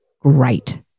great